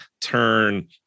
turn